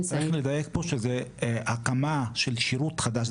צריך לדייק פה שזו הקמה של שירות חדש.